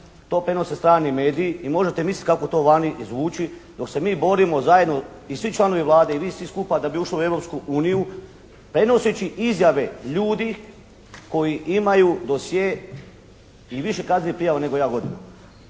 to prenose strani mediji i možete misliti kako to vani zvuči dok se mi borimo zajedno i svi članovi Vlade i vi svi skupa da bi ušli u Europsku uniju prenoseći izjave ljudi koji imaju dosje i više kaznenih prijava nego ja godina.